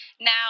Now